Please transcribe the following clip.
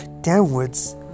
downwards